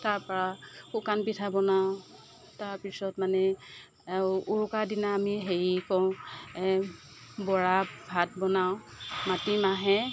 তাৰ পৰা শুকান পিঠা বনাওঁ তাৰ পিছত মানে উৰুকাৰ দিনা আমি হেৰি কৰোঁ বৰা ভাত বনাওঁ মাটি মাহে